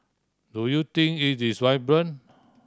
do you think it is vibrant